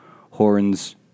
horns